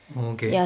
oh okay